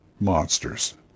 monsters